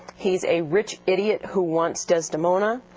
he's a rich idiot who wants desdemona,